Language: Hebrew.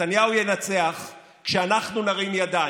נתניהו ינצח כשאנחנו נרים ידיים,